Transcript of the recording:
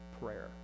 Prayer